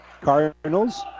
Cardinals